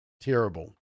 Terrible